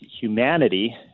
humanity